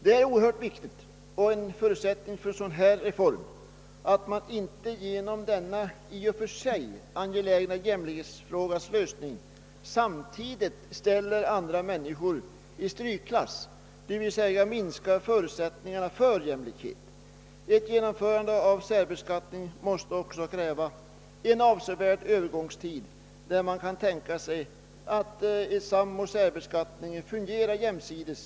Det är oerhört viktigt — och det är en förutsättning för en dylik reform — att man inte genom lösningen av denna i och för sig angelägna jämlikhetsfråga samtidigt ställer andra människor i strykklass, d. v. s. minskar förutsättningarna för jämlikhet. Ett genomförande av särsbeskattningen måste också kräva en avsevärd övergångstid, under vilken man kan tänka sig att samoch särbeskattningen fungerar jämsides.